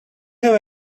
have